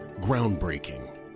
Groundbreaking